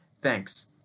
Thanks